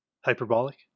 hyperbolic